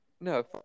No